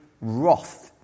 wrath